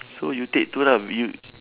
so you take two lah you